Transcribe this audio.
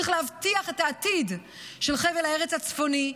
צריך להבטיח את העתיד של חבל הארץ הצפוני,